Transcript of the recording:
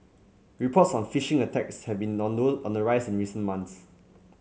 reports on phishing attacks have been on on the rise in recent months